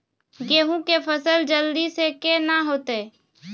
गेहूँ के फसल जल्दी से के ना होते?